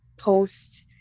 post